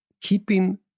keeping